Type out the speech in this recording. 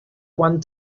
quan